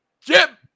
Jim